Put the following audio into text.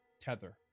tether